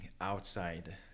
outside